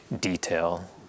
detail